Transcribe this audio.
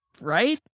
Right